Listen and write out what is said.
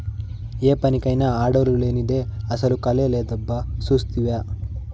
ఏ పనికైనా ఆడోల్లు లేనిదే అసల కళే లేదబ్బా సూస్తివా